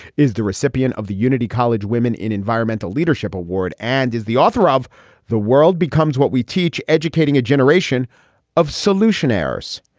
is the recipient of the unity college women in environmental leadership award and is the author of the world becomes what we teach educating a generation of solution errors.